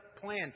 plan